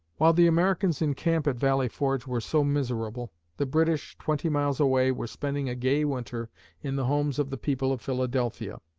while the americans in camp at valley forge were so miserable, the british, twenty miles away, were spending a gay winter in the homes of the people of philadelphia.